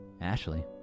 Ashley